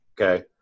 Okay